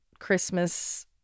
Christmas